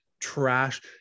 Trash